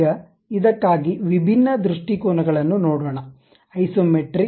ಈಗ ಇದಕ್ಕಾಗಿ ವಿಭಿನ್ನ ದೃಷ್ಟಿಕೋನಗಳನ್ನು ನೋಡೋಣ ಐಸೊಮೆಟ್ರಿಕ್